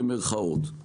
במירכאות,